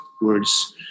words